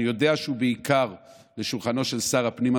אני יודע שהוא בעיקר על שולחנו של שר הפנים,